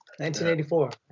1984